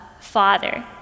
Father